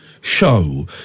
Show